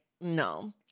no